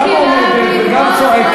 את גם עומדת וגם צועקת,